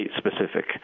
state-specific